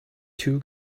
two